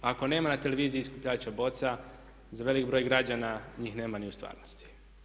Ako nema na televiziji skupljača boca za veliki broj građana njih nema ni u stvarnosti.